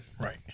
Right